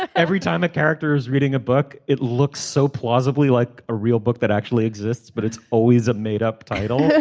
every time a character is reading a book it looks so plausibly like a real book that actually exists. but it's always a made up title.